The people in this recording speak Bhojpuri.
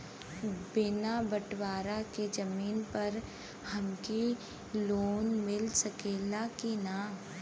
बिना बटवारा के जमीन पर हमके लोन मिल सकेला की ना?